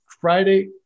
Friday